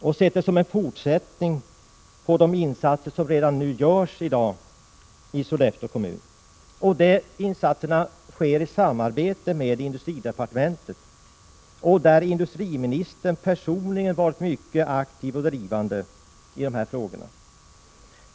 Vi såg den som en fortsättning på de insatser som redan nu görs i Sollefteå kommun. Dessa insatser sker i samarbete med industridepartementet, och industriministern har personligen varit mycket aktiv och pådrivande i dessa frågor.